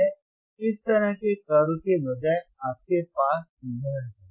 इस तरह के कर्व के बजाय आपके पास यह है